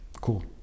cool